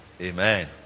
Amen